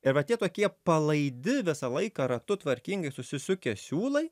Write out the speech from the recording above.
ir va tie tokie palaidi visą laiką ratu tvarkingai susisukę siūlai